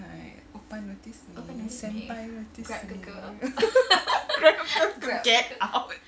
all right oppa noticed me senpai noticed me grab get out